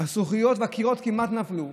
הזכוכיות והקירות כמעט נפלו,